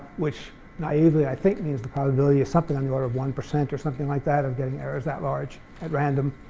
which naively, i think, means the probability of something on the order of one percent or something like that of getting errors that large at random.